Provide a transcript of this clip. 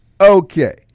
Okay